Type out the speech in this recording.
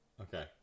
Okay